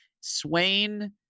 Swain